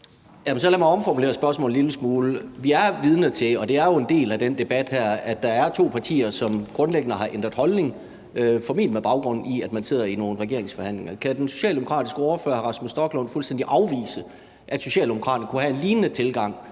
lad mig omformulere spørgsmålet en lille smule. Vi er vidner til – og det er jo en del af den her debat – at der er to partier, som grundlæggende har ændret holdning, formentlig med baggrund i at man sidder i nogle regeringsforhandlinger. Kan den socialdemokratiske ordfører, hr. Rasmus Stoklund, fuldstændig afvise, at Socialdemokraterne kunne have en lignende tilgang